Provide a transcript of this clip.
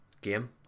Game